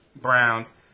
Browns